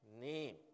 name